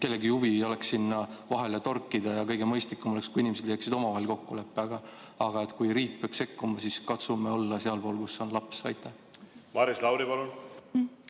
kellegi huvi ei oleks sinna vahele torkida ja kõige mõistlikum oleks, kui inimesed leiaksid omavahel kokkuleppe, aga kui riik peaks sekkuma, siis katsume olla sealpool, kus on laps. Aitäh!